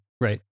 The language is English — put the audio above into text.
Right